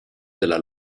della